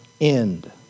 end